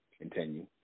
continue